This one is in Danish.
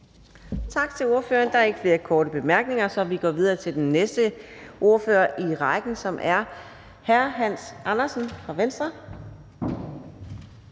Tak til ordføreren. Der er ikke flere korte bemærkninger, så vi går videre til den næste ordfører i rækken, som er hr. Hans Andersen fra Venstre.